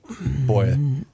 boy